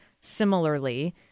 similarly